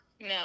no